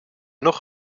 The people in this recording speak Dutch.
nog